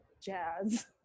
jazz